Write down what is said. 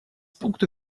punktu